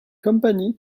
company